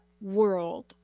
world